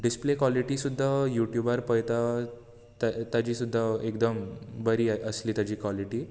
display quality सुद्दां युट्यूबार पळयता ताची सुद्दां एकदम बरी आसली ताची क्वालिटी